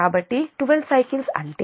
కాబట్టి 12 సైకిల్స్ అంటే 1260 0